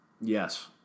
Yes